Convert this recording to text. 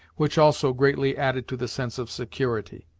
which also greatly added to the sense of security.